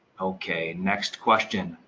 okay next question.